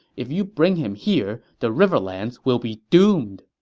if you bring him here, the riverlands will be doomed!